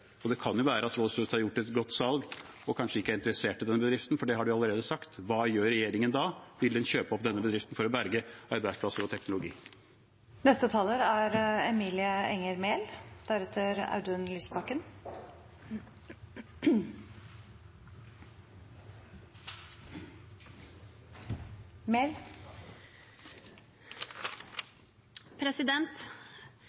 Det kan jo være at Rolls-Royce har gjort et godt salg og kanskje ikke er interessert i den bedriften, for det har de allerede sagt. Hva gjør regjeringen da? Vil den kjøpe opp denne bedriften for å berge arbeidsplasser og teknologi?